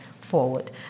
forward